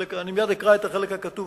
מייד אני אקרא את החלק הכתוב,